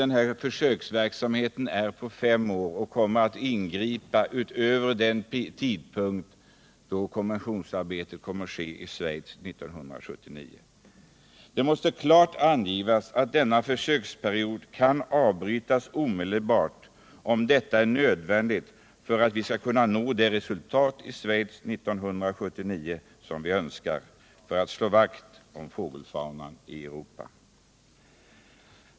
En försöksperiod på fem år kommer nämligen att sträcka sig över tidpunkten för konventionsarbetet i Schweiz 1979. Det måste därför klart sägas ifrån att försöksverksamheten skall kunna avbrytas omedelbart om detta är nödvändigt för att vi i Schweiz år 1979 skall kunna nå det resultat vi önskar för att slå vakt om fågelfaunan i Europa.